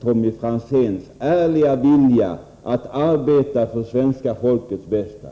Tommy Franzéns ärliga vilja att arbeta för svenska folkets bästa.